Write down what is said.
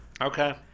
Okay